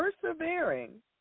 persevering